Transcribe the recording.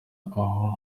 abo